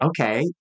okay